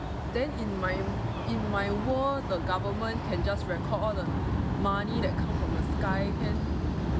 then in my in my world the government can just record all the money that come from the sky can